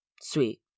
Sweet